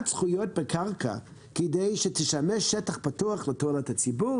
זכויות בקרקע כדי שתשמש שטח פתוח לתועלת הציבור,